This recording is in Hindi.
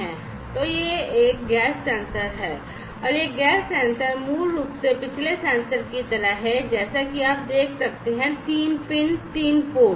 तो यह गैस सेंसर है यह एक गैस सेंसर है और यह गैस सेंसर मूल रूप से पिछले सेंसर की तरह है जैसा कि आप देख सकते हैं 3 पिन 3 पिन 3 पोर्ट